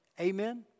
Amen